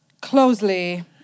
Closely